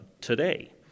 today